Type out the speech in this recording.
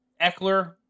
Eckler